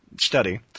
study